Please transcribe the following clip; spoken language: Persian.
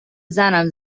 زنم